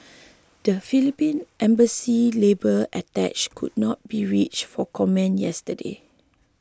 the Philippine Embassy's labour attache could not be reach for comment yesterday